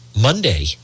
Monday